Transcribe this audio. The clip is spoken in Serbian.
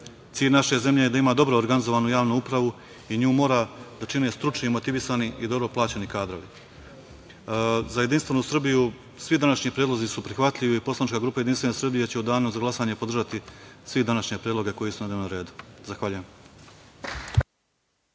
Cilj naše zemlje je da ima dobro organizovanu javnu upravu i nju mora da čine stručni i motivisani i dobro plaćeni kadrovi.Za JS svi današnji predlozi su prihvatljivi i poslanička grupa JS će u danu za glasanje podržati cilj današnjeg predloga koji su na dnevnom redu. Zahvaljujem.